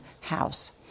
house